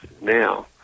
now